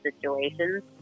situations